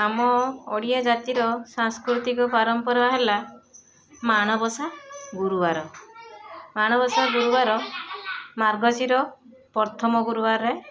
ଆମ ଓଡ଼ିଆ ଜାତିର ସାଂସ୍କୃତିକ ପାରମ୍ପରା ହେଲା ମାଣବସା ଗୁରୁବାର ମାଣବସା ଗୁରୁବାର ମାର୍ଗଶୀର ପ୍ରଥମ ଗୁରୁବାରରେ